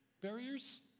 barriers